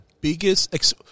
biggest